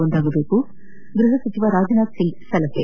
ಒಂದಾಗಬೇಕು ಗ್ಬಹ ಸಚಿವ ರಾಜನಾಥ್ ಸಿಂಗ್ ಸೆಲಹೆ